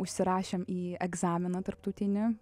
užsirašėm į egzaminą tarptautinį